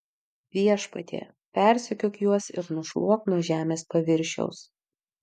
viešpatie persekiok juos ir nušluok nuo žemės paviršiaus